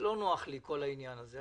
לא נוח לי כל העניין הזה.